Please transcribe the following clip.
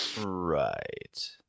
Right